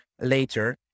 later